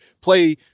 play